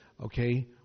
Okay